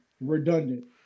redundant